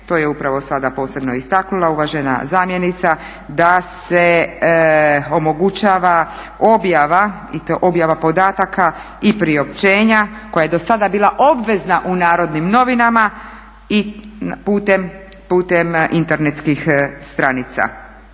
to je upravo sada posebno istaknula uvažena zamjenica da se omogućava objava i to objava podataka i priopćenja koja je dosada bila obvezna u Narodnim novinama i putem internetskih stranica.